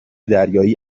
دریایی